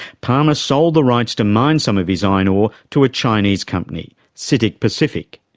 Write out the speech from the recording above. palmer sold the rights to mine some of his iron ore to a chinese company, citic pacific.